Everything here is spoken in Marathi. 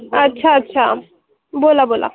अच्छा अच्छा बोला बोला